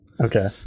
Okay